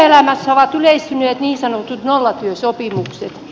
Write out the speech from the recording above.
työelämässä ovat yleistyneet niin sanotut nollatyösopimukset